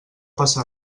passa